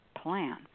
plan